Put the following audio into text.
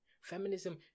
Feminism